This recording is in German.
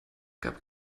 gab